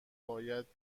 باید